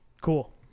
Cool